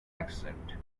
accent